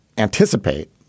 anticipate